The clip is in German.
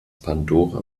pandora